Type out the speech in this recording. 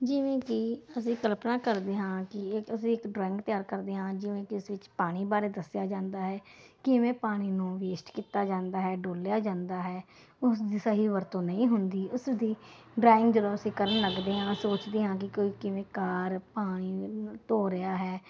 ਜਿਵੇਂ ਕਿ ਅਸੀਂ ਕਲਪਨਾ ਕਰਦੇ ਹਾਂ ਕਿ ਅਸੀਂ ਇੱਕ ਡਰਾਇੰਗ ਤਿਆਰ ਕਰਦੇ ਹਾਂ ਜਿਵੇਂ ਕਿ ਇਸ ਵਿੱਚ ਪਾਣੀ ਬਾਰੇ ਦੱਸਿਆ ਜਾਂਦਾ ਹੈ ਕਿਵੇਂ ਪਾਣੀ ਨੂੰ ਵੇਸਟ ਕੀਤਾ ਜਾਂਦਾ ਹੈ ਡੋਲਿਆ ਜਾਂਦਾ ਹੈ ਉਸ ਦੀ ਸਹੀ ਵਰਤੋਂ ਨਹੀਂ ਹੁੰਦੀ ਉਸ ਦੀ ਡਰਾਇੰਗ ਜਦੋਂ ਅਸੀਂ ਕਰਨ ਲੱਗਦੇ ਹਾਂ ਸੋਚਦੇ ਹਾਂ ਕਿ ਕੋਈ ਕਿਵੇਂ ਕਾਰ ਪਾਣੀ ਧੋ ਰਿਹਾ ਹੈ